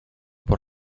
por